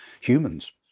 humans